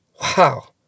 Wow